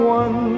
one